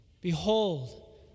behold